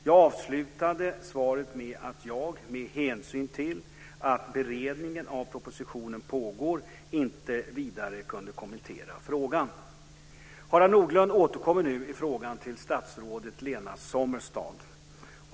Jag avslutade svaret med att jag, med hänsyn till att beredningen av propositionen pågår, inte vidare kunde kommentera frågan. Harald Nordlund återkommer nu i frågan till statsrådet Lena Sommestad.